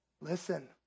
Listen